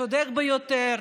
צודק ביותר,